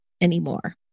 anymore